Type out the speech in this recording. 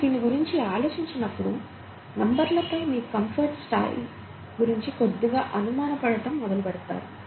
మీరు దీని గురించి ఆలోచించినప్పుడు నంబర్లపై మీ కంఫోర్ట్ స్థాయి గురించి కొద్దిగా అనుమానపడటం మొదలు పెడతారు